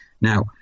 Now